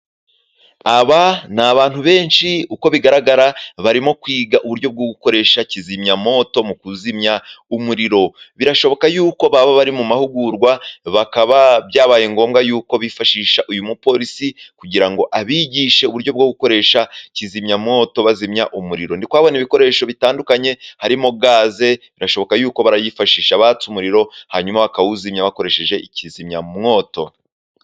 Aba ni abantu benshi. Uko bigaragara, barimo kwiga uburyo bwo gukoresha kizimyamwoto mu kuzimya umuriro. Birashoboka yuko baba bari mu mahugurwa, bakaba byabaye ngombwa yuko bifashisha uyu mupolisi kugira ngo abigishe uburyo bwo gukoresha kizimyamwoto bazimya umuriro. Ndi kuhabona ibikoresho bitandukanye, harimo gaze. Birashoboka yuko barayifashisha batsa umuriro, hanyuma bakawuzimya bakoresheje kizimyamwoto.